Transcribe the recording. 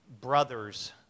brothers